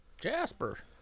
Jasper